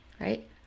right